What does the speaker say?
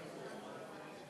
לא היה אמור להיות עכשיו, ?